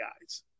guys